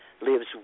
lives